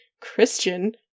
Christian